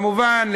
כמובן,